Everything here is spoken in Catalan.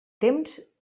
temps